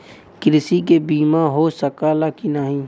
कृषि के बिमा हो सकला की ना?